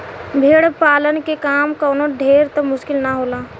भेड़ पालन के काम कवनो ढेर त मुश्किल ना होला